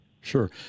Sure